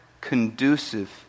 conducive